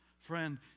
Friend